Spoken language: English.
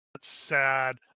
sad